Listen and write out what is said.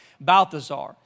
Balthazar